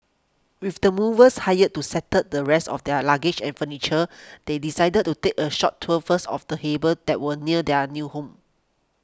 with the movers hired to settle the rest of their luggage and furniture they decided to take a short tour first of the harbour that was near their new home